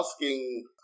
asking